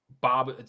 Bob